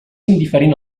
indiferent